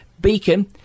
Beacon